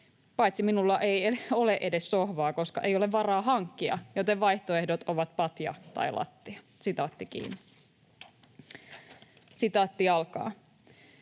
Paitsi minulla ei ole edes sohvaa, koska ei ole varaa hankkia, joten vaihtoehdot ovat patja tai lattia.” ”Nyt jo